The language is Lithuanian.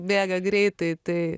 bėga greitai tai